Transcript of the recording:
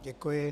Děkuji.